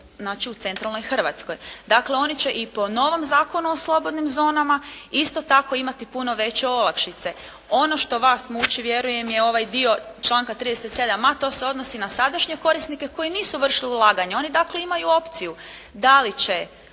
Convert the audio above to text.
u centralnoj Hrvatskoj. Dakle oni će i po novom Zakonu o slobodnim zonama isto tako imati puno veće olakšice. Ono što vas muči vjerujem je ovaj dio članka 37.a, to se odnosi na sadašnje korisnike koji nisu vršili ulaganja. Oni dakle imaju opciju da li će,